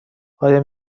آیا